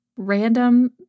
random